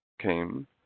came